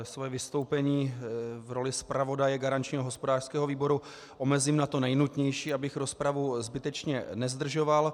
Své vystoupení v roli zpravodaje garančního hospodářského výboru omezím na to nejnutnější, abych rozpravu zbytečně nezdržoval.